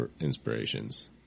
inspirations